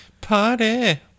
Party